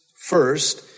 First